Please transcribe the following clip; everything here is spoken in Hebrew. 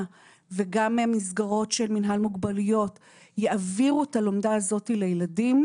וגם המסגרות של מינהל מוגבלויות יעבירו את הלומדה הזאת לילדים.